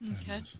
Okay